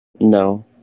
No